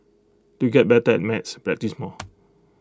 to get better at maths practise more